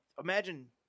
imagine